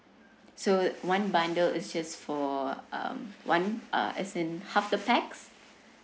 so one bundle is just for um one uh as in half the pax